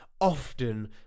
often